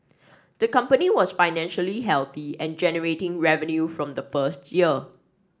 the company was financially healthy and generating revenue from the first year